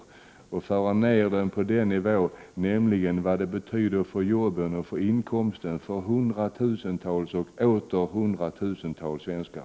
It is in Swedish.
Begreppen måste föras ned på en nivå så att man förstår vad EG betyder för arbetena och inkomsterna för hundratusentals svenskar.